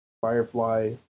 Firefly